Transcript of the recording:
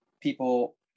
people